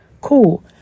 Cool